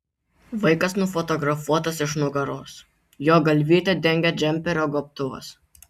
vaikas nufotografuotas iš nugaros jo galvytę dengia džemperio gobtuvas